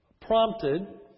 prompted